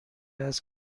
است